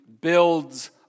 builds